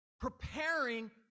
preparing